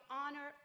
honor